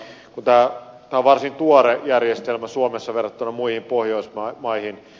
tämä on varsin tuore järjestelmä suomessa verrattuna muihin pohjoismaihin